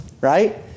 right